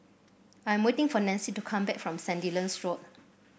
I am waiting for Nancie to come back from Sandilands Road